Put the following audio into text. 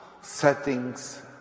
settings